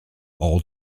all